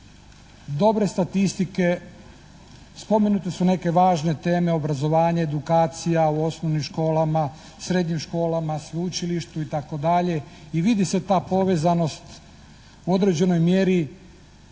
dobre statistike, spomenute su neke važne teme obrazovanja, edukacija u osnovnim školama, srednjim školama, sveučilištu itd. i vidi se ta povezanost u određenoj mjeri